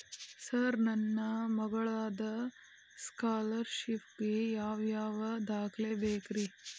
Sir ನನ್ನ ಮಗ್ಳದ scholarship ಗೇ ಯಾವ್ ಯಾವ ದಾಖಲೆ ಬೇಕ್ರಿ?